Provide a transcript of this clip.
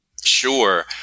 Sure